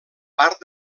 part